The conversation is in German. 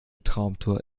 traumtor